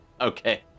Okay